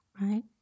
right